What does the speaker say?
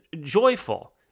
joyful